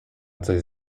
coś